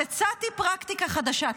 אז הצעתי פרקטיקה חדשה,